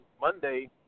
Monday